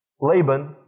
Laban